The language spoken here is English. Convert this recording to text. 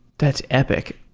that's epic.